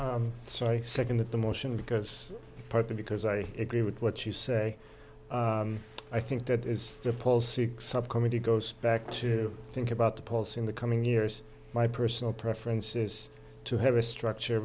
i'm sorry second that the motion because partly because i agree with what you say i think that is the polls subcommittee goes back to think about the polls in the coming years my personal preference is to have a structure